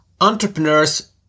entrepreneurs